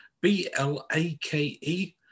B-L-A-K-E